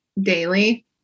daily